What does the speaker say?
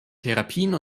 therapien